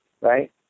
right